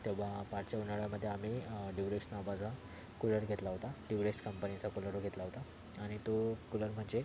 तेव्हा पाठच्या उन्हाळ्यामध्ये आम्ही ड्युरेक्स नावाचा कूलर घेतला होता ड्युरेक्स कंपनीचा कूलर घेतला होता आणि तो कूलर म्हणजे